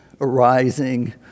arising